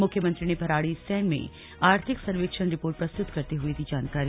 मुख्यमंत्री ने भराड़ीसैंण में आर्थिक सर्वेक्षण रिर्पोट प्रस्तुत करते हुए दी जानकारी